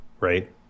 right